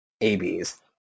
ABs